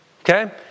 Okay